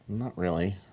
not really.